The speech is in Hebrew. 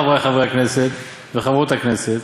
חברי חברי הכנסת וחברות הכנסת,